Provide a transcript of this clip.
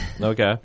Okay